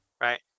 Right